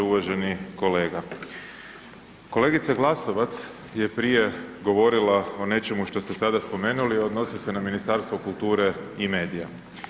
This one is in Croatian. Uvaženi kolega, kolegica Glasovac je prije govorila o nečemu što ste sada spomenuli, odnosi se na Ministarstvo kulture i medija.